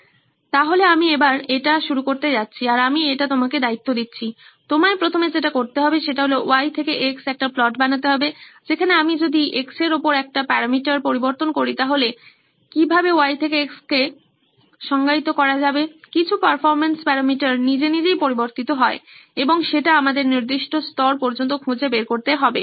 সুতরাং আমি এবার এটা শুরু করতে যাচ্ছি আর আমি এটা তোমাকে দায়িত্ব দিচ্ছি তোমায় প্রথমে যেটা করতে হবে সেটা হল Y থেকে X একটা প্লট বানাতে হবে যেখানে আমি যদি X এর ওপর একটা প্যারামিটার পরিবর্তন করি তাহলে কিভাবে Y থেকে X কে সংজ্ঞায়িত করা যাবে কিছু পারফর্ম্যান্স প্যারামিটার নিজে নিজেই পরিবর্তিত হয় এবং সেটা আমাদের নির্দিষ্ট স্তর পর্যন্ত খুঁজে বের করতে হবে